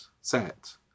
set